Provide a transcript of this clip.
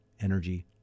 energy